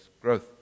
growth